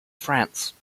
france